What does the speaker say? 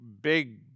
big